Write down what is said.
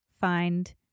find